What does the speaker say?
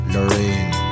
Lorraine